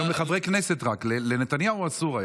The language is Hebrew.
היום רק לחברי כנסת, לנתניהו היה אסור,